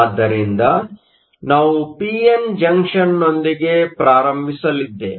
ಆದ್ದರಿಂದ ನಾವು P N ಜಂಕ್ಷನ್ನೊಂದಿಗೆ ಪ್ರಾರಂಭಿಸಲಿದ್ದೇವೆ